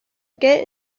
get